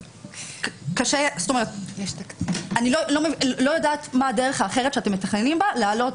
אני לא יודעת מה הדרך האחרת שאתם מתכננים בה להעלות